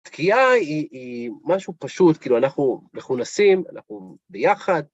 תקיעה היא משהו פשוט, כאילו אנחנו מכונסים, אנחנו ביחד.